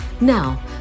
Now